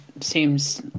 seems